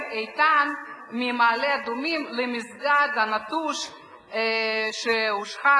"איתן" ממעלה-אדומים למסגד הנטוש שהושחת